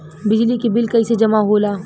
बिजली के बिल कैसे जमा होला?